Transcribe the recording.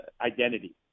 identity